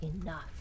enough